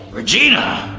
regina.